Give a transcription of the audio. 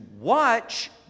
watch